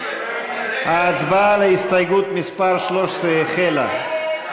ההצבעה על הסתייגות מס' 13 החלה.